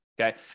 Okay